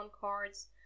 cards